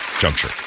juncture